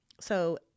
So-